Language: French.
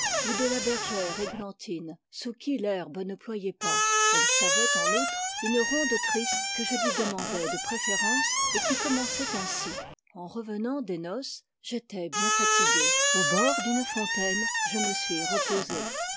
ou de la bergère églantine sous qui l'herbe ne ployait pas elle savait en outre une ronde triste que je lui demandais de préférence et qui commençait ainsi en revenant des noces j'étais bien fatigué au bord d'une fontaine je me suis reposé